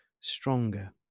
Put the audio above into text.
stronger